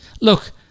Look